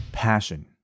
passion